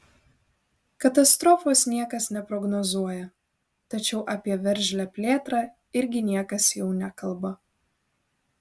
katastrofos niekas neprognozuoja tačiau apie veržlią plėtrą irgi niekas jau nekalba